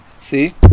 See